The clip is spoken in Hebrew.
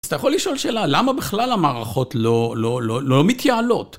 אז אתה יכול לשאול שאלה, למה בכלל המערכות לא מתייעלות?